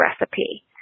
recipe